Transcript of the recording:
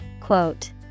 Quote